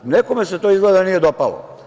Nekome se izgleda to nije dopalo.